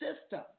system